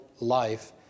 life